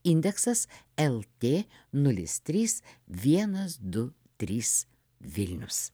indeksas lt nulis trys vienas du trys vilnius